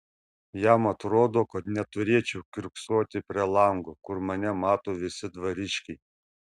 jam atrodo kad neturėčiau kiurksoti prie lango kur mane mato visi dvariškiai